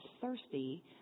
thirsty